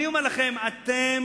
אני אומר לכם, אתם